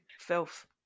Filth